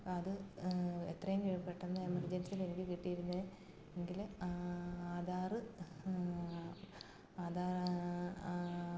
അത് എത്രയും വേഗം പെട്ടെന്ന് എമർജൻസിയിൽ എനിക്ക് കിട്ടിയിരുന്നത് എങ്കിൽ ആധാർ ആധാർ